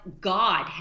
God